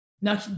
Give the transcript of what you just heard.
Now